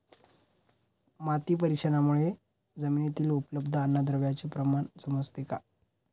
माती परीक्षणामुळे जमिनीतील उपलब्ध अन्नद्रव्यांचे प्रमाण समजते का?